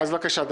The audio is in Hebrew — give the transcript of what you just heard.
בבקשה.